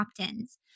opt-ins